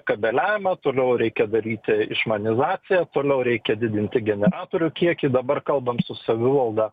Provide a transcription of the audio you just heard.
kabeliavimą toliau reikia daryti išmanizaciją toliau reikia didinti generatorių kiekį dabar kalbam su savivalda